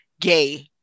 gay